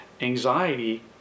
anxiety